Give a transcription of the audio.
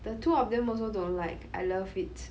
the two of them also don't like I love it